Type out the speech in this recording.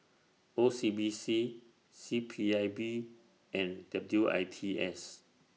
O C B C C P I B and W I T S